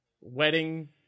wedding